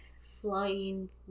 flying